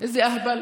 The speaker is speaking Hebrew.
איזה אהבל,